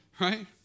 Right